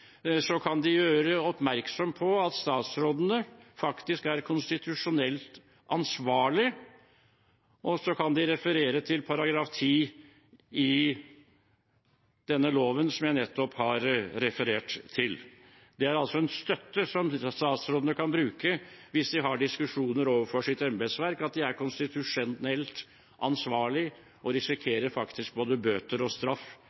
gjøre oppmerksom på at statsrådene faktisk er konstitusjonelt ansvarlig, og så kan de referere til § 10 i den loven som jeg nettopp har referert til. Det er altså en støtte som statsrådene kan bruke hvis de har diskusjoner med sitt embetsverk – de er konstitusjonelt ansvarlig og risikerer både bøter og straff